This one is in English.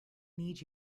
need